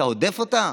אתה הודף אותה?